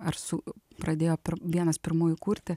ar su pradėjo vienas pirmųjų kurti